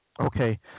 Okay